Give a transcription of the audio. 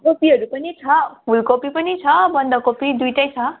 कोपीहरू पनि छ फुलकोपी पनि छ बन्दाकोपी दुईवटै छ